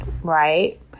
right